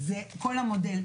זה כל המודל.